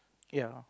ya